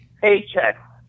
paycheck